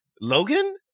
logan